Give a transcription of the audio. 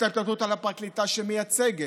את ההתנפלות על הפרקליטה שמייצגת,